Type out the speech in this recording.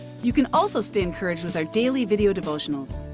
you can also stay encouraged with our daily video devotionals.